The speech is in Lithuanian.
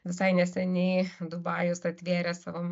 visai neseniai dubajus atvėrė savo